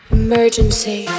emergency